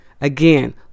Again